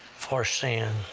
for sins.